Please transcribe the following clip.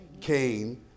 Cain